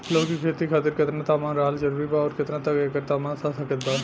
लौकी के खेती खातिर केतना तापमान रहल जरूरी बा आउर केतना तक एकर तापमान सह सकत बा?